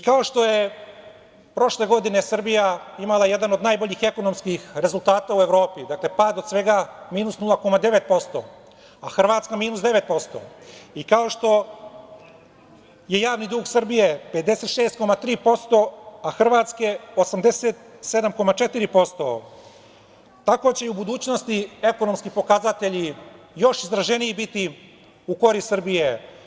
Kao što je prošle godine Srbija imala jedan od najboljih ekonomskih rezultata u Evropi, dakle pad od svega minus 0,9%, a Hrvatska minus 9%, i kao što je javni dug Srbije 56,3%, a Hrvatske 87,4%, tako će i u budućnosti ekonomski pokazatelji još izraženiji biti u korist Srbije.